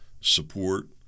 support